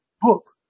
book